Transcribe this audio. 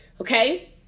Okay